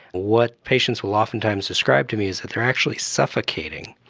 what patients will often times describe to me is that they are actually suffocating.